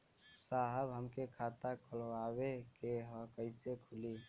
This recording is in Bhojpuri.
साहब हमके एक खाता खोलवावे के ह कईसे खुली?